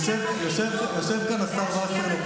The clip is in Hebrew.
יושב כאן השר וסרלאוף,